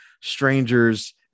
strangers